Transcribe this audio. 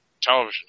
television